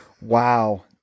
Wow